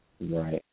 Right